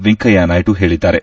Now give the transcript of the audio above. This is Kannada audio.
ವೆಂಕಯ್ಯ ನಾಯ್ದು ಹೇಳಿದ್ದಾರೆ